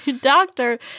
doctor